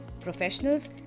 professionals